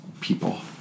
people